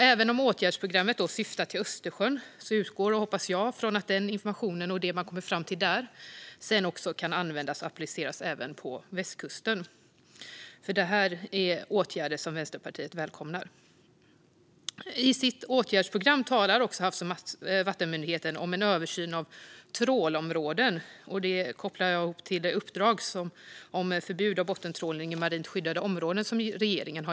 Även om åtgärdsprogrammet syftar på Östersjön utgår jag från och hoppas att den information och det som man kommer fram till där sedan kan användas och appliceras på västkusten, för det här är åtgärder som Vänsterpartiet välkomnar. I sitt åtgärdsprogram talar också Havs och vattenmyndigheten om en översyn av trålområden kopplad till det uppdrag som regeringen har gett om förbud av bottentrålning i marint skyddade områden.